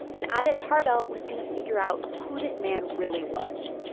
and ida tarbell was going to figure out who this man really was.